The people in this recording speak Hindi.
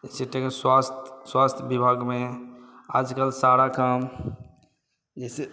जैसे टेक स्वास्थ्य स्वास्थ्य विभाग में आजकल सारा काम जैसे